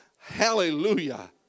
Hallelujah